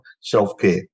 self-care